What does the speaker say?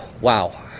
Wow